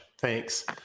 Thanks